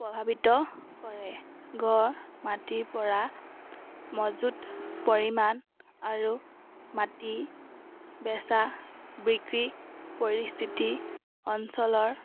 প্ৰভাৱিত কৰে মাটিৰ পৰা মজুত পৰিমাণ আৰু মাটি বেচা বিক্ৰী পৰিস্থিতি অঞ্চলৰ